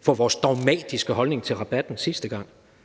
for vores dogmatiske holdning til rabatten sidste gang.